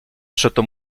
przeto